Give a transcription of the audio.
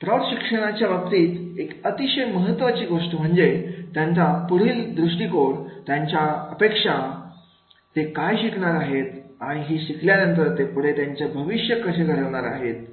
प्रौढ शिक्षणाच्या बाबतीत एक अतिशय महत्त्वाची गोष्ट म्हणजे त्यांचा पुढील दृष्टीकोन त्यांच्या अपेक्षा ते काय शिकणार आहेत आणि हे शिकल्यानंतर ते पुढे त्यांचे भविष्य घडवणार आहेत